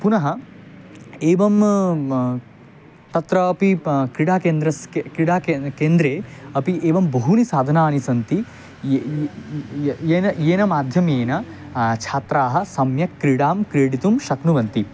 पुनः एवं मम तत्रापि क्रीडाकेन्द्रस्य के क्रीडाकेन्द्रे केन्द्रे अपि एवं बहूनि साधनानि सन्ति यानि येन माध्यमेन छात्राः सम्यक् क्रीडां क्रीडितुं शक्नुवन्ति